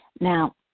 Now